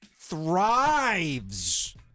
Thrives